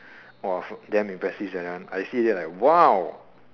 !wah! damn impressive sia that one I see already I like !wow!